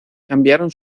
cambiaron